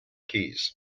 keys